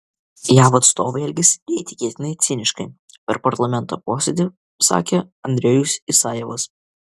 jav atstovai elgiasi neįtikėtinai ciniškai per parlamento posėdį sakė andrejus isajevas